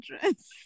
dress